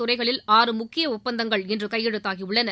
துறைகளில் ஆறு முக்கிய ஒப்பந்தங்கள் இன்று கையெழுத்தாகியுள்ளன